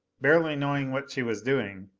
barely knowing what she was doing,